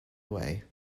away